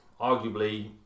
Arguably